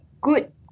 good